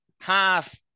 half